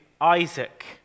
Isaac